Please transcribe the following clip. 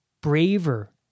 braver